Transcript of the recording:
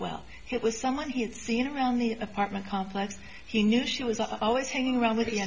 well it was someone he had seen around the apartment complex he knew she was always hanging around with